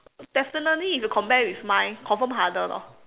definitely if you compare with mine confirm harder lor